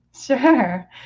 Sure